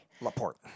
Laporte